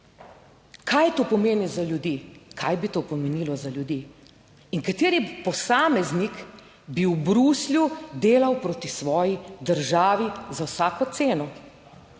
Kaj to pomeni za ljudi? Kaj bi to pomenilo za ljudi? In kateri posameznik bi v Bruslju delal proti svoji državi za vsako ceno?